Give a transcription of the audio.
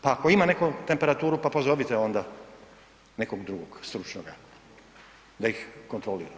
Pa ako ima netko temperaturu, pa pozovite onda nekog drugog stručnoga da ih kontrolira.